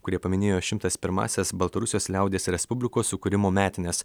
kurie paminėjo šimtas pirmąsias baltarusijos liaudies respublikos sukūrimo metines